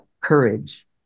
courage